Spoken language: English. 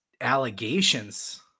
allegations